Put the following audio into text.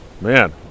Man